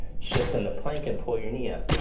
shift into plank and pull your knee up.